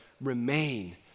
remain